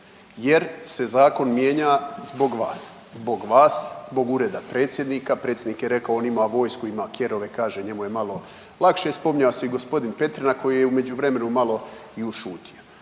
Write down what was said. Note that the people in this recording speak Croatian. jer se zakon mijenja zbog vas, zbog Ureda predsjednika. Predsjednik je rekao on ima vojsku, ima kerove kaže njemu je malo lakše, spominjao se i gospodin Petrina koji je u međuvremenu malo i ušutio.